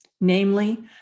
namely